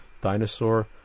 dinosaur